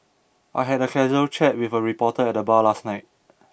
I had a casual chat with a reporter at the bar last night